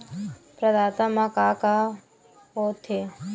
प्रदाता मा का का हो थे?